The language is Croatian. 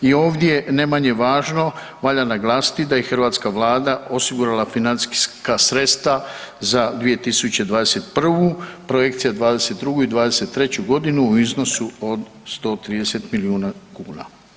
I ovdje, ne manje važno valja naglasiti da je hrvatska Vlada osigurala financijska sredstva za 2021., projekcija 2022. i 2023. godinu u iznosu od 130 milijuna kuna.